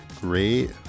Great